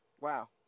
wow